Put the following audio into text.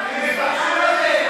תתביישו לכם.